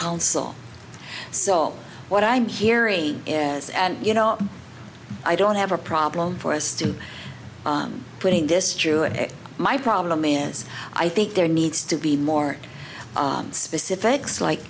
council so what i'm hearing is and you know i don't have a problem for us to putting this through it my problem is i think there needs to be more specifics like